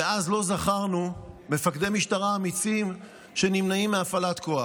ואז לא זכרנו מפקדי משטרה אמיצים שנמנעים מהפעלת כוח.